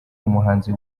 umuhanzi